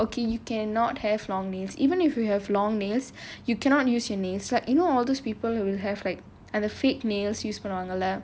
okay you cannot have long nails even if you have long nails you cannot use your nailas like you know all those people who have like uh the fake nails you பண்ணுவாங்கல:pannuvaangala